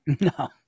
No